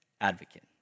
advocate